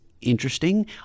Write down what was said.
interesting